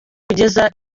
kugeza